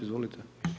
Izvolite.